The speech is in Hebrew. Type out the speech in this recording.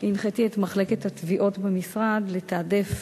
הנחיתי את מחלקת התביעות במשרד לתעדף